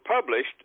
published